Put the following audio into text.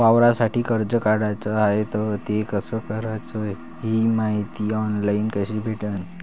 वावरासाठी कर्ज काढाचं हाय तर ते कस कराच ही मायती ऑनलाईन कसी भेटन?